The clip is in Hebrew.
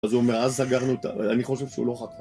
אז הוא אומר, אז סגרנו אותה. אני חושב שהוא לא חכם.